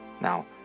Now